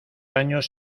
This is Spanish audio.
años